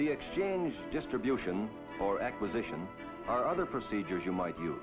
the exchange distribution or acquisition or other procedures you might